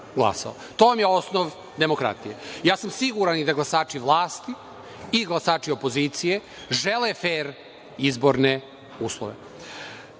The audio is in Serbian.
To vam je osnov demokratije. Ja sam siguran da i glasači vlasti i da glasači opozicije žele fer izborne uslove.